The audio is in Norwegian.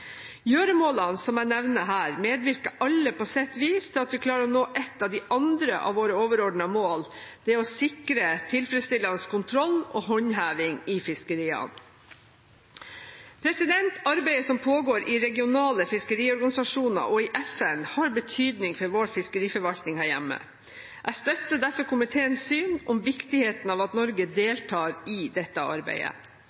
Gjøremålene som jeg nevner her, medvirker alle på sitt vis til at vi klarer å nå ett av de andre av våre overordnede mål: det å sikre tilfredsstillende kontroll og håndheving i fiskeriene. Arbeidet som pågår i regionale fiskeriorganisasjoner og i FN, har betydning for vår fiskeriforvaltning her hjemme. Jeg støtter derfor komiteens syn om viktigheten av at Norge deltar i dette arbeidet.